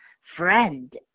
friend